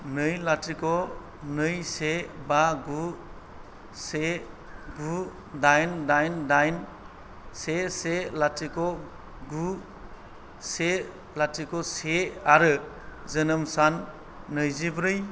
नै लाथिख' नै से बा गु से गु दाइन दाइन दाइन से से लाथिख' गु से लाथिख' से आरो जोनोम सान नैजिब्रै